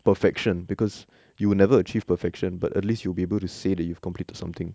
perfection because you will never achieve perfection but at least you will be able to say that you've completed something